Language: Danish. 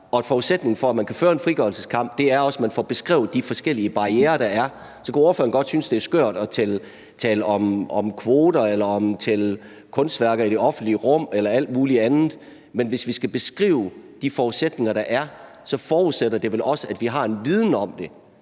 at forudsætningen for, at man kan føre en frigørelseskamp, også er, at man får beskrevet de forskellige barrierer, der er? Så kan ordføreren godt synes, det er skørt at tale om kvoter eller tælle kunstværker i det offentlige rum eller alt muligt andet, men hvis vi skal beskrive de forudsætninger, der er, forudsætter det vel også, at vi har en viden om det,